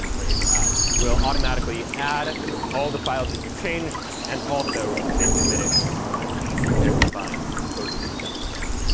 um or a for add, will automatically add all the files that you've changed, and also so commit it with a commit message. so you can combine both of these steps together.